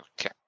Okay